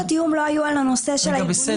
התיאום לא היו על הנושא של הארגונים,